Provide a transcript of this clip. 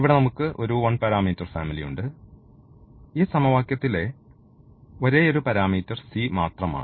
ഇവിടെ നമുക്ക് ഒരു 1 പാരാമീറ്റർ ഫാമിലി ഉണ്ട് ഈ സമവാക്യത്തിലെ ഒരേയൊരു പാരാമീറ്റർ c മാത്രമാണ്